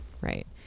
right